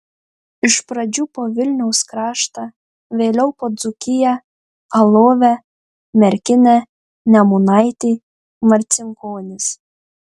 iš pradžių po vilniaus kraštą vėliau po dzūkiją alovę merkinę nemunaitį marcinkonis